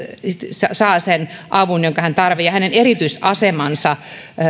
saa sen avun jonka hän tarvitsee ja hänen erityisasemansa